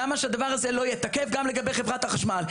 למה שהדבר הזה לא יהיה תקף גם לגבי חברת החשמל?